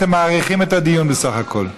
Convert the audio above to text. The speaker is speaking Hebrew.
אתם מאריכים את הדיון, בסך הכול.